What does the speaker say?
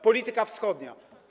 Polityka wschodnia.